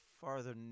farther